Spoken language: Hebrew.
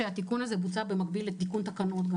התיקון הזה בוצע במקביל לתיקון תקנות.